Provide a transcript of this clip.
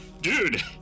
Dude